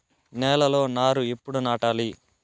నేలలో నారు ఎప్పుడు నాటాలి?